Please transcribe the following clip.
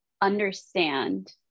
understand